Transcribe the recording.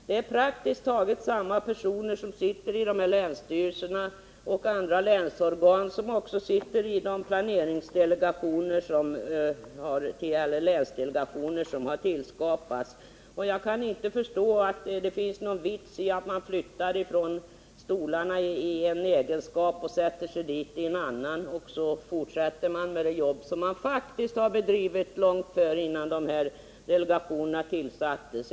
Det är praktiskt taget samma personer som sitter i länsstyrelserna och andra länsorgan som i de länsdelegationer som har tillskapats. Jag kan inte förstå att det är någon vits med att man flyttar från stolen i en egenskap och sedan sätter sig på den i en annan och fortsätter med det arbete som man faktiskt har bedrivit långt innan länsdelegationerna tillsattes.